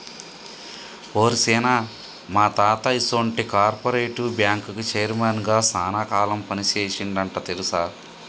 ఓరి సీన, మా తాత ఈసొంటి కార్పెరేటివ్ బ్యాంకుకి చైర్మన్ గా సాన కాలం పని సేసిండంట తెలుసా